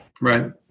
Right